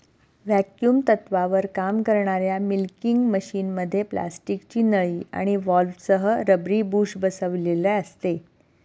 vacuum तत्त्वावर काम करणाऱ्या मिल्किंग मशिनमध्ये प्लास्टिकची नळी आणि व्हॉल्व्हसह रबरी बुश बसविलेले असते